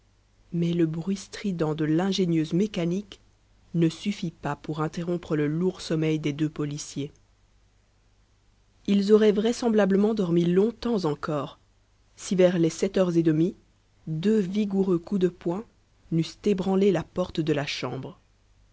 mais le bruit strident de l'ingénieuse mécanique ne suffit pas pour interrompre le lourd sommeil des deux policiers ils auraient vraisemblablement dormi longtemps encore si vers les sept heures et demie deux vigoureux coups de poing n'eussent ébranlé la porte de la chambre